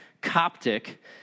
Coptic